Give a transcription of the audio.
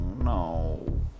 no